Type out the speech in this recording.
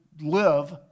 live